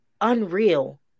unreal